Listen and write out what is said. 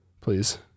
Please